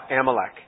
Amalek